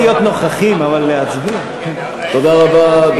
תודה רבה.